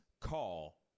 call